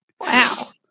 Wow